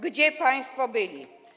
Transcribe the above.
Gdzie państwo byli?